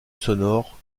sonore